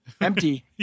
empty